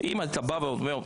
אם אתה אומר תשמע,